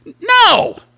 No